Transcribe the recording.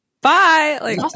Bye